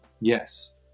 Yes